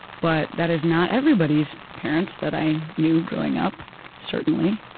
but that is not everybody's parents that i knew growing up certainly,